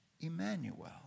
Emmanuel